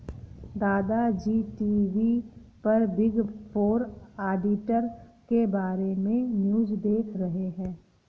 दादा जी टी.वी पर बिग फोर ऑडिटर के बारे में न्यूज़ देख रहे थे